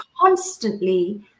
constantly